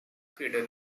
crater